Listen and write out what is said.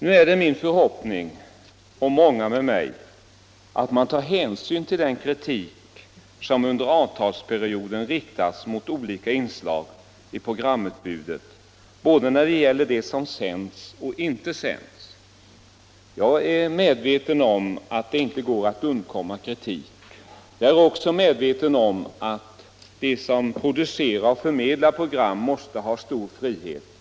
Nu är det min förhoppning — och den delas av många — att man tar hänsyn till den kritik som under avtalsperioden riktats mot olika inslag i programutbudet. Detta gäller både vad som sänts och vad som inte sänts. Jag är medveten om att man inte helt kan undgå kritik. Jag är också medveten om att de som producerar och förmedlar program måste ha stor frihet.